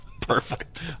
Perfect